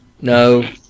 No